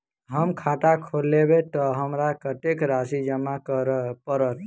हम खाता खोलेबै तऽ हमरा कत्तेक राशि जमा करऽ पड़त?